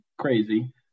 crazy